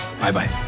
Bye-bye